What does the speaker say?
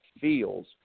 feels